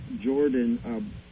Jordan